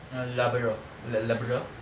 uh labrador la~ labrador